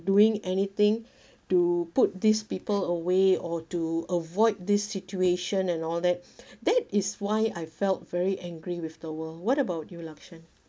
doing anything to put these people away or to avoid this situation and all that that is why I felt very angry with the world what about you lakshen